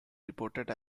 reported